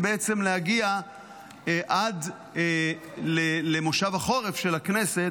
בעצם להגיע עד למושב החורף של הכנסת,